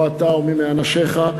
אתה או מי מאנשיך,